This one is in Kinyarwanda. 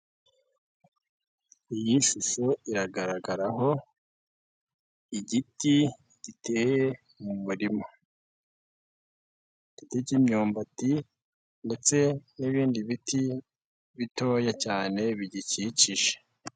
Iyi shusho iragaragaraho igiti giteye mu murima, igiti cy'imyumbati ndetse n'ibindi biti bitoya cyane bigikikije.